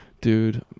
dude